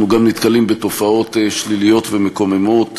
אנחנו גם נתקלים בתופעות שליליות ומקוממות,